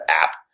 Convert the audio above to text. app